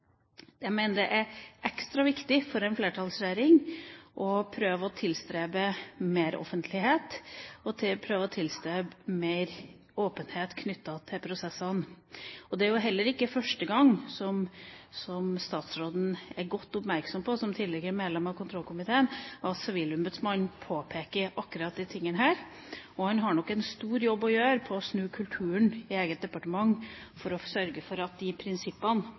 Jeg mener det er ekstra viktig for en flertallsregjering å prøve å tilstrebe mer offentlighet og mer åpenhet knyttet til prosessene. Det er jo heller ikke første gang – som statsråden er godt oppmerksom på, som tidligere medlem av kontrollkomiteen – at sivilombudsmannen påpeker akkurat disse tingene. Han har nok en stor jobb å gjøre med å snu kulturen i eget departement for å sørge for at disse prinsippene